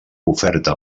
oferta